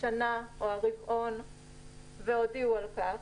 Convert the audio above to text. השנה או הרבעון והודיעו על כך,